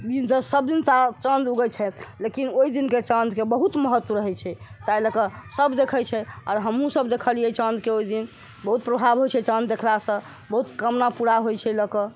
सब दिन चाँद उगै छथि लेकिन ओहि दिन के चाँद के बहुत महत्व रहै छै एहि लए के सब देखै छै आ हमहुँ सब देखलियै चाँद के ओहि दिन बहुत प्रभाव होइ छै चाँद देखला सॅं बहुत कामना पूरा होइ छै ल क